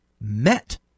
met